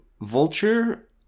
Vulture